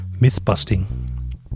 myth-busting